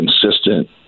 consistent